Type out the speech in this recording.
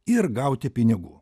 ir gauti pinigų